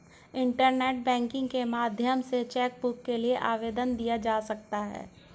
internet banking के माध्यम से चैकबुक के लिए आवेदन दिया जा सकता है